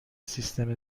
سیستم